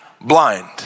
blind